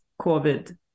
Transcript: COVID